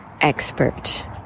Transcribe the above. expert